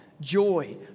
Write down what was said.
joy